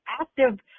active